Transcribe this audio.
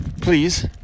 please